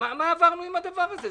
מה עברנו עם הדבר הזה.